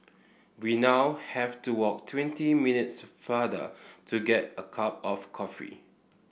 we now have to walk twenty minutes farther to get a cup of coffee